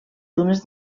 dunes